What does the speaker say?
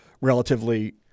relatively